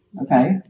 Okay